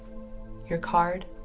your card?